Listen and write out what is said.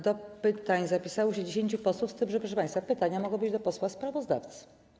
Do pytań zapisało się 10 posłów, z tym że, proszę państwa, pytania mogą być kierowane do posła sprawozdawcy.